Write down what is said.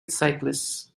cyclists